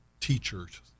teachers